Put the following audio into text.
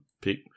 pick